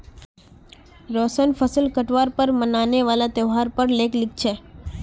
रोशन फसल काटवार पर मनाने वाला त्योहार पर लेख लिखे छे